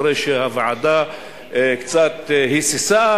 אחרי שהוועדה קצת היססה,